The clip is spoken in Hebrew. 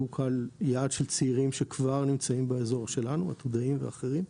והוא קהל יעד של צעירים שכבר נמצאים באזור שלנו: עתודאים ואחרים.